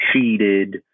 cheated